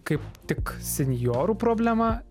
kaip tik senjorų problema